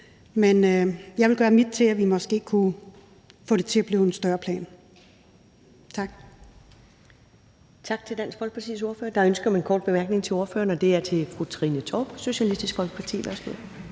Men jeg vil gøre mit til, at vi måske kunne få det til at blive en større plan. Tak.